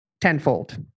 tenfold